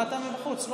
באת מבחוץ.